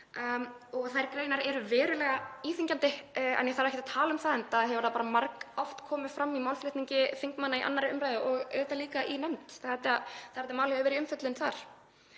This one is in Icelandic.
Þær greinar eru verulega íþyngjandi. En ég þarf ekkert að tala um það, enda hefur það margoft komið fram í málflutningi þingmanna í 2. umr. og auðvitað líka í nefnd þegar þetta mál hefur verið í umfjöllun þar.